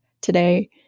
today